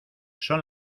son